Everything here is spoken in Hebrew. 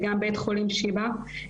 וגם בית חולים שיבא,